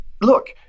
Look